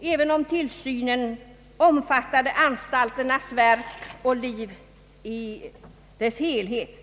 även om tillsynen omfattade anstaltens verk och liv i dess helhet.